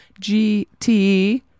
GT